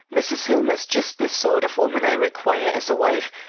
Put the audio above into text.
mrs. hillmer is just the sort of woman i require as a wife,